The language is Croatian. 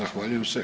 Zahvaljujem se.